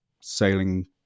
sailing